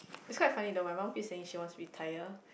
is quite funny though my mum keeps saying she wants to retire